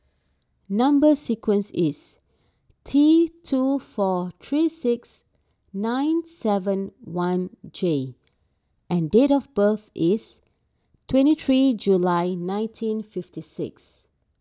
Number Sequence is T two four three six nine seven one J and date of birth is twenty three July nineteen fifty six